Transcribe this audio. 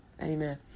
Amen